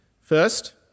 First